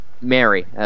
Mary